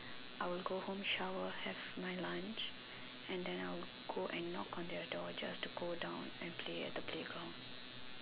I would go home shower have my lunch and then I will go and knock on their door just to go down and play at the playground